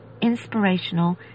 inspirational